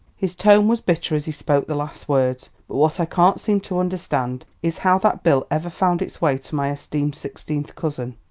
his tone was bitter as he spoke the last words. but what i can't seem to understand is how that bill ever found its way to my esteemed sixteenth cousin.